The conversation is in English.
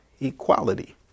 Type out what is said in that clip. equality